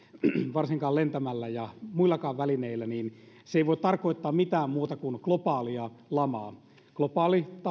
varsinkaan lentämällä ja muillakaan välineillä niin se ei voi tarkoittaa mitään muuta kuin globaalia lamaa globaali